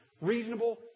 reasonable